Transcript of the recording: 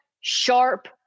sharp